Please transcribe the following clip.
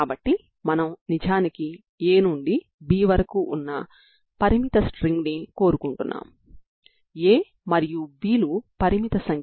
కాబట్టి మీకు non zero పరిష్కారం కావాలనుకుంటే cos μL 0 గా తీసుకుంటారు